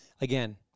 Again